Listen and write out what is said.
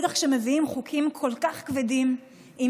ובטח כשמביאים חוקים כל כך כבדים עם